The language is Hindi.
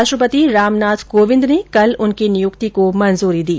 राष्ट्रपति रामनाथ कोविंद ने कल उनकी नियुक्ति को मंजूरी दी